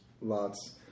Lots